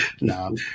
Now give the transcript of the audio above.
No